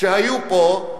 שהיו פה,